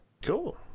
Cool